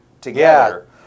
together